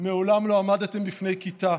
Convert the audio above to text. מעולם לא עמדתם בפני כיתה,